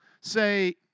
say